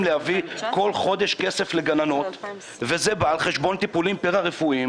להביא בכל חודש כסף לגננות וזה בא על חשבון טיפולים פרה-רפואיים,